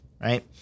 Right